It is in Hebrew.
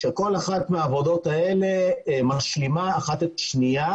כאשר כל אחת מהעבודות האלה משלימה אחת את השנייה